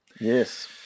Yes